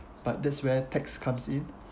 but that's where tax comes in